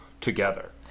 together